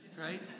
right